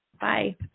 Bye